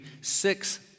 six